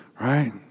right